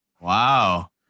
Wow